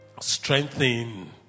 strengthen